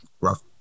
rough